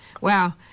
Wow